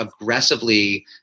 aggressively